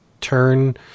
turn